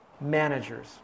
managers